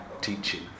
teaching